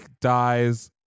dies